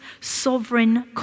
sovereign